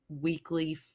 weekly